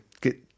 get